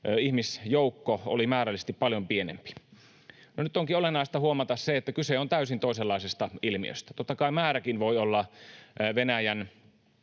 ihmisjoukko oli määrällisesti paljon pienempi. Nyt onkin olennaista huomata se, että kyse on täysin toisenlaisesta ilmiöstä. Totta kai määräkin voi olla Venäjän